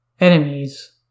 Enemies